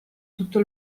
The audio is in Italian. tutto